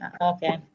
Okay